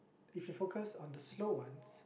if you focus on the slow ones